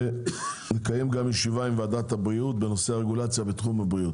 ויש לקיים גם ישיבה עם ועדת הבריאות בנושא הרגולציה בתחום הבריאות.